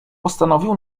postanowił